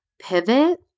pivot